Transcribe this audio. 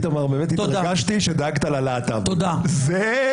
--- הוא דואג ללהט"בים.